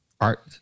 art